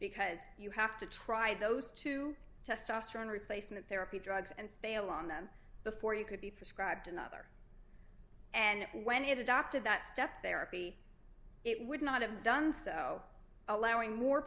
because you have to try those two testosterone replacement therapy drugs and fail on them before you could be prescribed another and when it adopted that step there a p it would not have done so allowing more